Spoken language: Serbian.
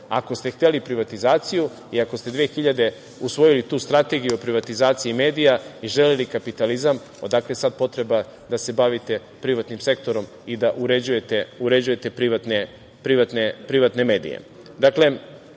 Ako ste hteli privatizaciju i ako ste 2000. godine usvojili tu Strategiju o privatizaciji medija i želeli kapitalizam, odakle sad potreba da se bavite privatnim sektorom i da uređujete privatne medije? Mislim